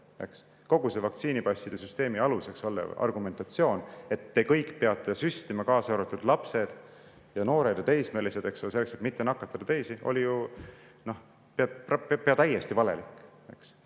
selle vaktsiinipasside süsteemi aluseks olev argumentatsioon, et kõik peavad süstima, kaasa arvatud lapsed, noored ja teismelised, selleks et mitte nakatada teisi, oli ju pea täiesti valelik.